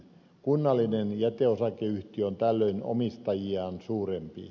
kunnallinen jäteosakeyhtiö on tällöin omistajiaan suurempi